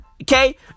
Okay